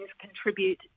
contribute